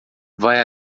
vai